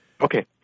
Okay